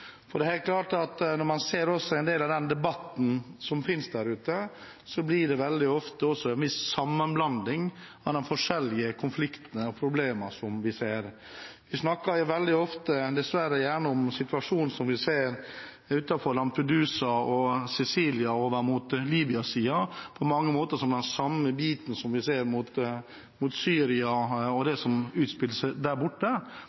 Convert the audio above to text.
Det er helt klart, når man ser en del av den debatten som finnes der ute, at det veldig ofte også er en viss sammenblanding av de forskjellige konfliktene og problemene som vi ser. Vi snakker veldig ofte – dessverre – gjerne om situasjonen som vi ser utenfor Lampedusa og Sicilia og over mot Libya, på mange måter som om den var den samme som når vi ser mot Syria og det som utspiller seg der borte.